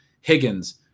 Higgins